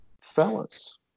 fellas